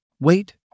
Wait